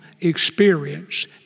experience